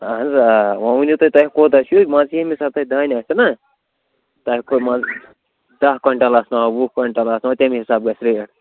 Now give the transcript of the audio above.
اَہَن حظ آ وۅنۍ ؤنِو تۅہہِ تۄہہِ کوٗتاہ چھُو مان ژٕ ییٚمہِ حِسابہٕ تۄہہِ دانہِ آسٮ۪و نا تۄہہِ دَہ کوینٹَل آسٕنَوا وُہ کوینٹَل آسٕنَوا تٔمی حِسابہٕ گژھِ ریٹ